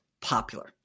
popular